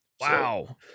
wow